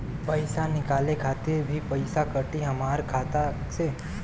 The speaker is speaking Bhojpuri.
पईसा निकाले खातिर भी पईसा कटी हमरा खाता से?